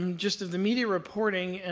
um just as the media reporting, and